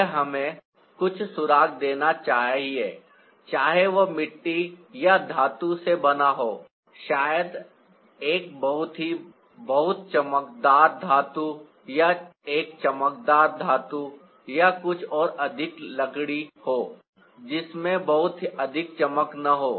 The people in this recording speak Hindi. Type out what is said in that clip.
यह हमें कुछ सुराग देना चाहिए चाहे वह मिट्टी या धातु से बना हो शायद एक बहुत बहुत चमकदार धातु या एक चमकदार धातु या कुछ और अधिक लकड़ी हो जिसमें बहुत अधिक चमक न हो